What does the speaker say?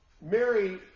Mary